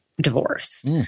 divorce